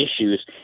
issues